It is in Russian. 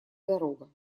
дорога